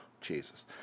Jesus